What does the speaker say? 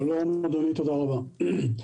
תודה רבה.